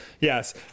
Yes